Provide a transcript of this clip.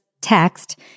text